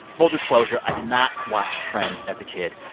full disclosure, i did not watch friends as a kid.